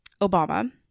Obama